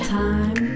time